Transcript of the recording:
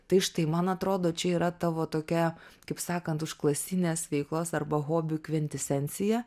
tai štai man atrodo čia yra tavo tokia kaip sakant užklasinės veiklos arba hobių kvintesencija